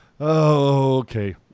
Okay